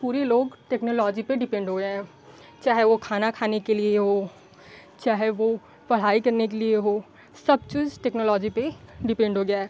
पूरे लोग टेक्नोलॉजी पे डिपेंड हो गए हैं चाहे वो खाना खाने के लिए हो चाहे वो पढ़ाई करने के लिए हो सब चीज़ टेक्नोलॉजी पे ही डिपेंड हो गया है